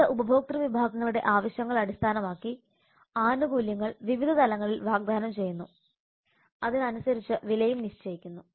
വിവിധ ഉപഭോക്തൃ വിഭാഗങ്ങളുടെ ആവശ്യങ്ങൾ അടിസ്ഥാനമാക്കി ആനുകൂല്യങ്ങൾ വിവിധ തലങ്ങളിൽ വാഗ്ദാനം ചെയ്യുന്നു അതിനനുസരിച്ച് വിലയും നിശ്ചയിക്കുന്നു